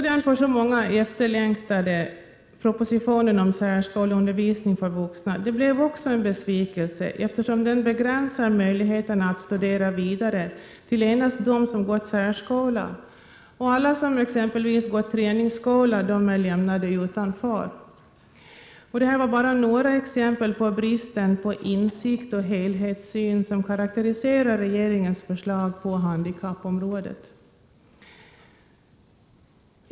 Den av många så efterlängtade propositionen om särskoleundervisning för vuxna blev också en besvikelse, eftersom den begränsar möjligheterna att studera vidare till endast dem som gått i särskola. Alla som exempelvis gått i träningsskola är lämnade utanför. Detta var bara några exempel på den brist på insikt och helhetssyn som karakteriserar regeringens förslag på handikappområdet.